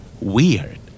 Weird